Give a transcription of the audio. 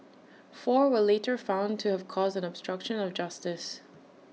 four were later found to have caused an obstruction of justice